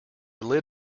lit